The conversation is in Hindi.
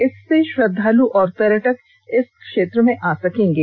इससे श्रद्वालु और पर्यटक इस क्षेत्र में आ सकेंगे